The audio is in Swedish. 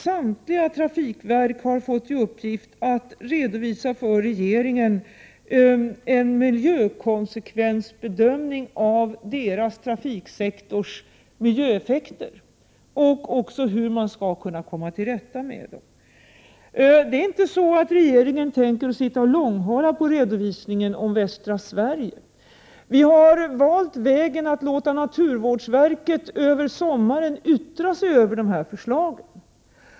Samtliga trafikverk har fått i uppgift att till regeringen redovisa en miljökonsekvensbedömning av resp. verks trafiksektors miljöeffekter samt ett förslag på hur man skall komma till rätta med de problem som detta innebär. Regeringen tänker inte sitta och långhala med redovisningen från västra Sverige. Vi har valt att ge naturvårdsverket möjlighet att under sommaren yttra sig över förslagen.